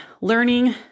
Learning